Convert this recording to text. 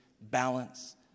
balance